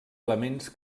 elements